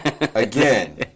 Again